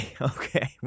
Okay